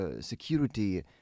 security